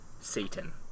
Satan